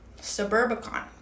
Suburbicon